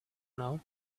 now